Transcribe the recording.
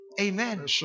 amen